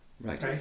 Right